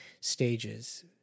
stages